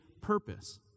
purpose